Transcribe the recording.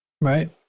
Right